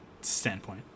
standpoint